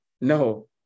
No